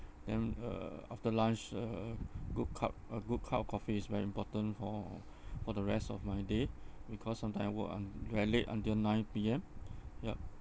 then uh after lunch a good cup a good cup of coffee is very important for for the rest of my day because sometime I work un~ very late until nine P_M yup